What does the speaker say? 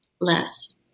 less